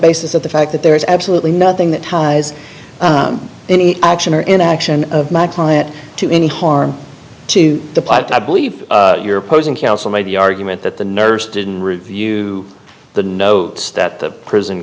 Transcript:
basis of the fact that there is absolutely nothing that ties any action or inaction of my client to any harm to the planet i believe your opposing counsel made the argument that the nurse didn't review the notes that the prison